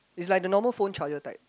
it's like the normal phone charger type